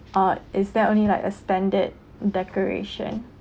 or is that only like a standard decoration